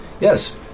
Yes